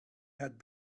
had